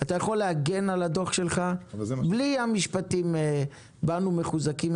אתה יכול להגן על הדוח שלך בלי המשפטים 'באנו מחוזקים,